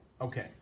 okay